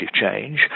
change